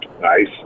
Nice